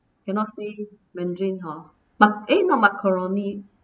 cannot say mandarin hor but eh not macaroni